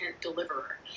deliverer